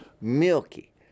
Milky